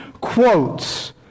quotes